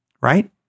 right